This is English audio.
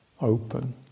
open